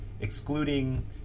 excluding